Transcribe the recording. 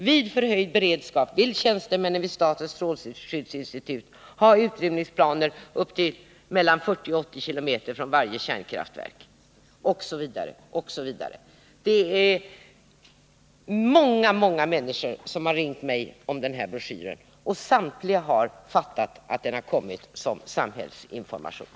Vid förhöjd beredskap vill tjänstemännen vid Statens Strålskyddsinstitut ha utrymningsplaner upp till mellan 40 och 80 km från varje kärnkraftverk.” Osv., osv. Det är många, många människor som kar ringt mig om den här broschyren, och samtliga har fattat det så att den har kommit som samhällsinformation.